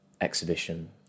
exhibition